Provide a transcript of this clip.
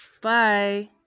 Bye